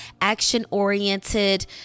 action-oriented